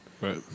Right